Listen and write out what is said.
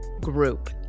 group